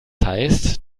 heißt